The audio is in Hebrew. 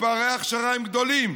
ופערי ההכשרה הם גדולים.